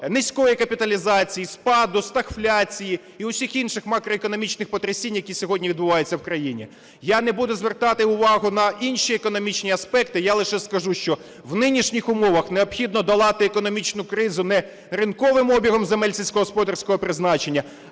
низької капіталізації, спаду, стагфляції і всіх інших макроекономічних потрясінь, які сьогодні відбуваються в країні. Я не буду звертати увагу на інші економічні аспекти, я лише скажу, що в нинішніх умовах необхідно долати економічну кризу не ринковим обігом земель сільськогосподарського призначення,